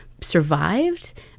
Survived